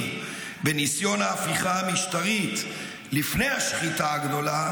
בניסיון ההפיכה המשטרית לפני השחיטה הגדולה,